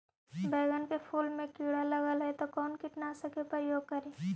बैगन के फुल मे कीड़ा लगल है तो कौन कीटनाशक के प्रयोग करि?